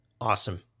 Awesome